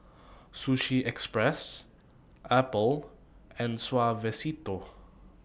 Sushi Express Apple and Suavecito